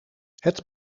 het